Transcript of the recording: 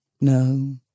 No